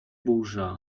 burza